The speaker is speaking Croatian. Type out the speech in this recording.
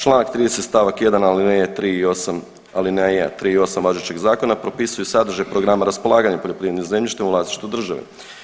Čl. 30 st. 1 alineje 3 i 8, alineja .../nerazumljivo/... 3 i 8 važećeg zakona propisuju sadržaj programa raspolaganja poljoprivrednim zemljištem u vlasništvu države.